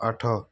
ଆଠ